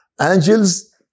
Angels